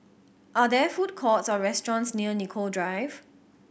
are there food courts or restaurants near Nicoll Drive